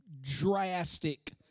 drastic